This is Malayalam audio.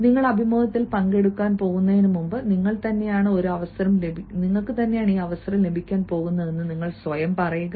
നിങ്ങൾ അഭിമുഖത്തിൽ പങ്കെടുക്കാൻ പോകുന്നതിനുമുമ്പ് നിങ്ങൾ തന്നെയാണ് ഒരു അവസരം ലഭിക്കാൻ പോകുന്നതെന്ന് സ്വയം പറയുക